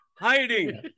Hiding